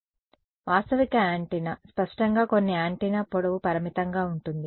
కాబట్టి వాస్తవిక యాంటెన్నా స్పష్టంగా కొన్ని యాంటెన్నా పొడవు పరిమితంగా ఉంటుంది